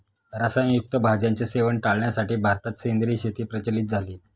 रसायन युक्त भाज्यांचे सेवन टाळण्यासाठी भारतात सेंद्रिय शेती प्रचलित झाली